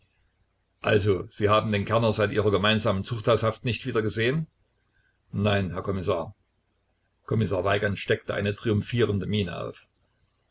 also sie haben den kerner seit ihrer gemeinsamen zuchthaushaft nicht wieder gesehen nein herr kommissar kommissar weigand steckte eine triumphierende miene auf